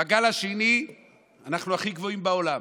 בגל השני אנחנו הכי גבוהים בעולם,